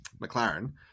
McLaren